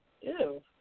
Ew